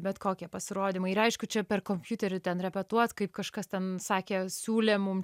bet kokie pasirodymai ir aišku čia per kompiuterį ten repetuot kaip kažkas ten sakė siūlė mum